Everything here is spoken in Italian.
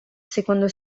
secondo